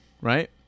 Right